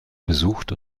besucht